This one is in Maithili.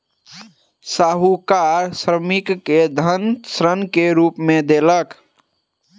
साहूकार श्रमिक के धन ऋण के रूप में देलक